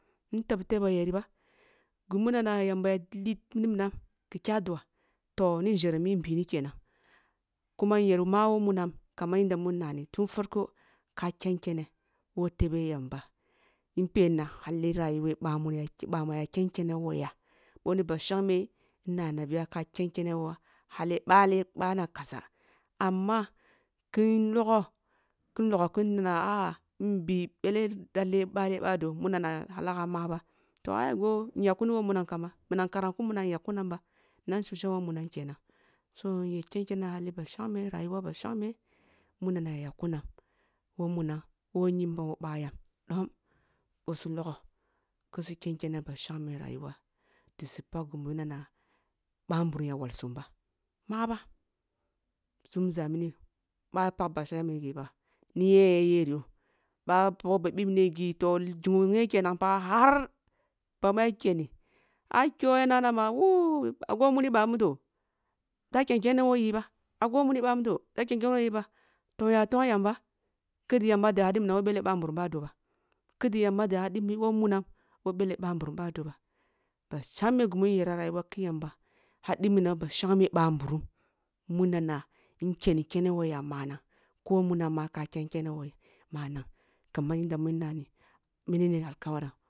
Ntab te ba yeri ba ghe mu na na yamba ya li ni minam ghi kya dua toh ni njere min bi ni kenan kuma nyer ma woh munam kaman yanda mun nnani tun farko ka ken kene woh tebe yamba in penina hale ryuwa ъamun ъamu ya ken kene who ya boh ni ba shangme nnana biya ka ken kene woh hale ъale ъana kaza ama ken logho-kin logho kin nina ah-ah nbi ъele dalle hale ъado mu na na halagha maba tohai ah goh ngak kuni woh munam kamba minam karan ku munam nyak kunam ba na nshusham who munam konansa nyer ken kene hali ba shangme rayuwa ba shangme mu nana ya yak ku nam woh munam woh nyimbam who bah yam ɗom ъosu logho kisi ken kene ba shangme rayuwa di si pag ghi munana ъa nburum ya walsum ba ma ba nzumza mini ba ya pag ba shangme ghi ba ni yen ya yer yoh ba pagho ba bibne ghi toh ghignho nghe kenan har bamuya keni ai kyo ya nana ma wuh ah go muni ъamudo da ken kene woh yi bah ango muni bamudo da ken kene woh yi ba toh nya tong yamba ki di yamba di hadi minam woh ъele ъanburum bado ba kidi yamba di hadi bi who munam who ъele ъa nburum ba do ba, ba shangme ghi mun year rayuwa ki yamba had i minam woh ba shangme ъan nburumhadi minam woh ba shangme ъah nburum munana nkeni kene who yi manang kaman yanda mun nani mini ni alkamaram